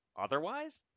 otherwise